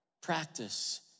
Practice